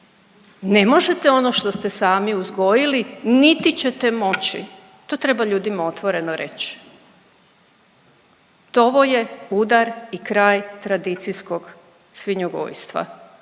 ne možete ono što ste sami uzgojili niti ćete moći. To treba ljudima otvoreno reći. Ovo je udar i kraj tradicijskoj svinjogojstva.